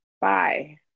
Bye